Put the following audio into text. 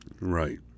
Right